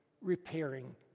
repairing